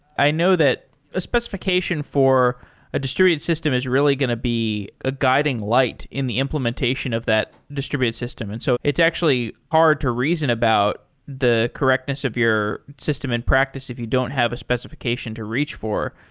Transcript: i know that a specification for a distributed system is really going to be a guiding light in the implementation of that distributed system. and so it's actually hard to reason about the correctness of your system in practice if you don't have a specification to reach for.